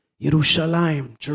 Jerusalem